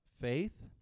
faith